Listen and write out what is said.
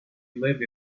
lived